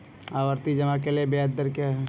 आवर्ती जमा के लिए ब्याज दर क्या है?